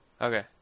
Okay